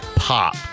Pop